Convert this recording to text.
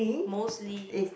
mostly